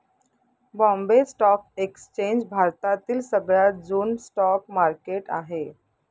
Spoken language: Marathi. बॉम्बे स्टॉक एक्सचेंज भारतातील सगळ्यात जुन स्टॉक मार्केट आहे